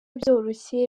byoroshye